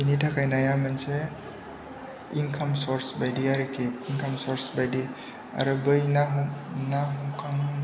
बेनि थाखाय नाया मोनसे इनकाम सर्स बायदि आरोखि आरो बै ना हमखां